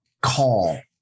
call